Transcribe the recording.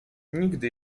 nigdy